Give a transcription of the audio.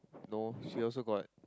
no she also got